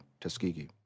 Tuskegee